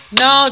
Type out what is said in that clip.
no